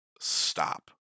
stop